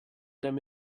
them